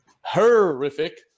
horrific